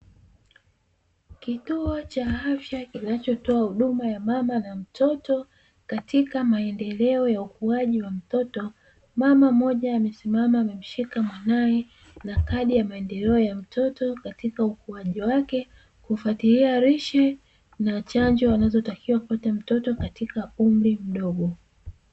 Kituo cha afya kinachotoa huduma ya mama na mtoto, katika maendeleo ya ukuaji wa mtoto, mama mmoja amesimama amemshika mwanae, na kadi ya maendeleo ya mtoto katika ukuaji wake, kufuatilia lishe na chanjo anazotakiwa kupata mtoto katika umri mdogo.